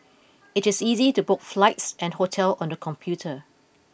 it is easy to book flights and hotel on the computer